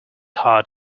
hard